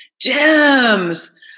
Gems